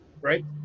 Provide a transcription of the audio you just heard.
right